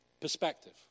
perspective